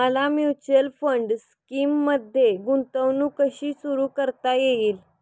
मला mutual fund स्कीममध्ये गुंतवणूक कशी सुरू करता येईल?